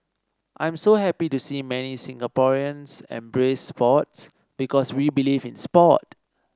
I'm so happy to see many Singaporeans embrace sports because we believe in sport